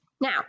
Now